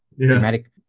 Dramatic